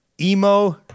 emo